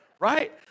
right